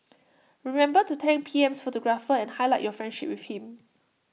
remember to thank P M's photographer and highlight your friendship with him